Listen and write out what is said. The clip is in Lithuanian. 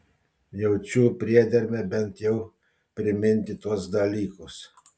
jaučiu priedermę bent jau priminti tuos dalykus